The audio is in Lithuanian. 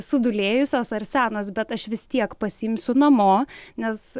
sudūlėjusios ar senos bet aš vis tiek pasiimsiu namo nes